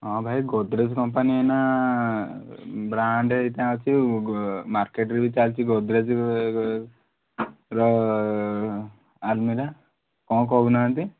ହଁ ଭାଇ ଗୋଦ୍ରେଜ୍ କମ୍ପାନୀ ଏଇନା ବ୍ରାଣ୍ଡ୍ ଏଇଟା ଅଛି ମାର୍କେଟରେ ବି ଚାଲିଛି ଗୋଦ୍ରେଜର ଆଲମିରା କ'ଣ କହୁ ନାହାନ୍ତି